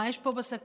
מה יש פה בשקית?